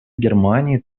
германии